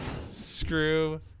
Screw